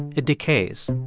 it decays.